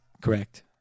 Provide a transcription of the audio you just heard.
Correct